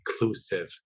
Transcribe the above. inclusive